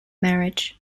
marriage